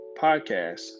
podcast